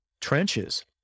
trenches